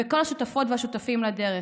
ולכל השותפות והשותפים לדרך.